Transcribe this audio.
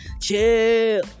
Chill